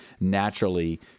naturally